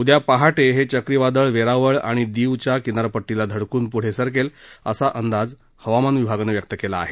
उद्या पहाटे हे चक्रीवादळ वेरावळ आणि दीवच्या किनारपट्टीला धडकून पुढे सरकेल असा अंदाज हवामान विभागानं व्यक्त केला आहे